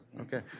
Okay